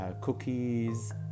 cookies